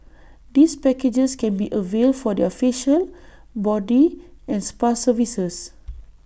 these packages can be availed for their facial body and spa services